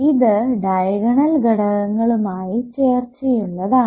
ഇത് ഡയഗണൽ ഘടകങ്ങളുമായി ചേർച്ചയുള്ളതാണ്